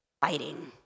fighting